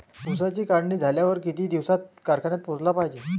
ऊसाची काढणी झाल्यावर किती दिवसात कारखान्यात पोहोचला पायजे?